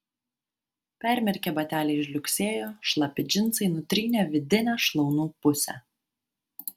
permirkę bateliai žliugsėjo šlapi džinsai nutrynė vidinę šlaunų pusę